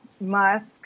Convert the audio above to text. Musk